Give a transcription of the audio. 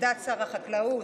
עמדת שר החקלאות